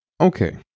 Okay